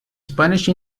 spanish